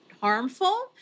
harmful